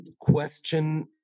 question